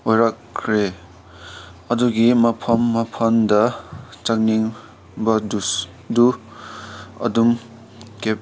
ꯑꯣꯏꯔꯛꯈ꯭ꯔꯦ ꯑꯗꯨꯒꯤ ꯃꯐꯝ ꯃꯐꯝꯗ ꯆꯠꯅꯤꯡꯕꯗꯨ ꯗꯨ ꯑꯗꯨꯝ ꯀꯦꯞ